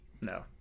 No